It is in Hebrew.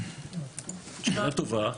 שאלה טובה.